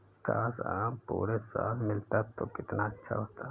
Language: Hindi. काश, आम पूरे साल मिलता तो कितना अच्छा होता